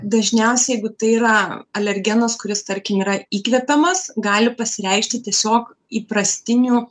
dažniausiai jeigu tai yra alergenas kuris tarkim yra įkvėpiamas gali pasireikšti tiesiog įprastiniu